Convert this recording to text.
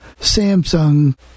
samsung